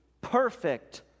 perfect